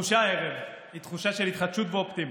התחושה הערב היא של התחדשות ואופטימיות.